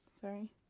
Sorry